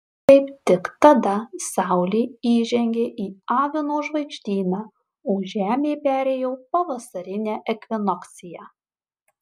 kaip tik tada saulė įžengė į avino žvaigždyną o žemė perėjo pavasarinę ekvinokciją